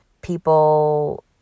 people